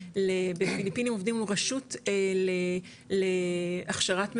בפיליפינים עובדים מול רשות להכשרת מבוגרים,